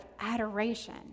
adoration